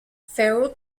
ferro